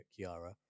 Kiara